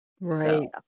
right